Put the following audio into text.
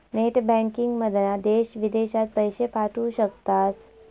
net बँकिंगमधना देश विदेशात पैशे पाठवू शकतास